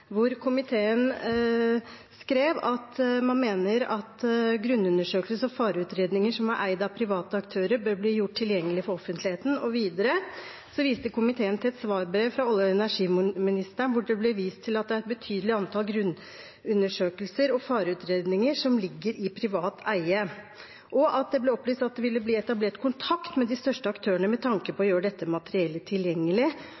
komiteen skrev at man mener at grunnundersøkelser og fareutredninger som er eid av private aktører, bør bli gjort tilgjengelig for offentligheten. Videre viste komiteen til et svarbrev fra olje- og energiministeren der det ble vist til at det er et betydelig antall grunnundersøkelser og fareutredninger som ligger i privat eie, og det ble opplyst at det ville bli etablert kontakt med de største aktørene med tanke på